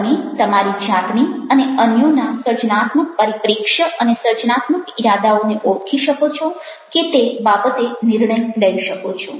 તમે તમારી જાતની અને અન્યોના સર્જનાત્મક પરિપ્રેક્ષ્ય અને સર્જનાત્મક ઈરાદાઓને ઓળખી શકો છો કે તે બાબતે નિર્ણય લઈ શકો છો